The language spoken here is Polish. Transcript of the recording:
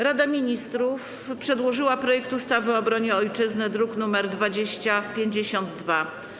Rada Ministrów przedłożyła projekt ustawy o obronie Ojczyzny, druk nr 2052.